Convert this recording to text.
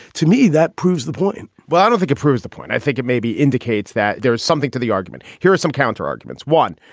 to me, that proves the but don't think it proves the point. i think it maybe indicates that there is something to the argument. here are some counterarguments. one,